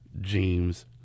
James